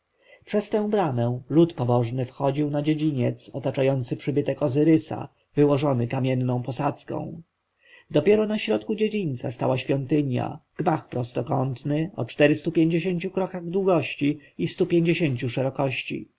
przez tę bramę lud pobożny wchodził na dziedziniec otaczający przybytek ozyrysa wyłożony kamienną posadzką dopiero na środku dziedzińca stała świątynia gmach prostokątny o czterystu pięćdziesięciu krokach długości i stu pięćdziesięciu szerokości